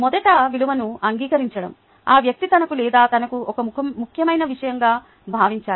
మొదట విలువను అంగీకరించడం ఆ వ్యక్తి తనకు లేదా తనకు ఒక ముఖ్యమైన విషయంగా భావించాలి